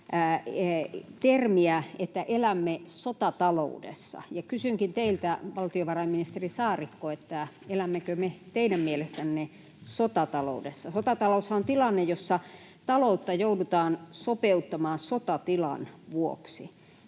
termiä ”elämme sotataloudessa”. Kysynkin teiltä, valtiovarainministeri Saarikko: elämmekö me teidän mielestänne sotataloudessa? Sotataloushan on tilanne, jossa taloutta joudutaan sopeuttamaan sotatilan vuoksi.